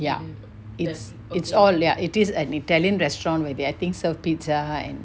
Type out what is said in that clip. ya it's all ya it is an italian restaurant where they I think serve pizza and